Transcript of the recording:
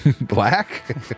Black